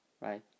Right